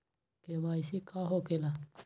KYC का हो के ला?